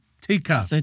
tika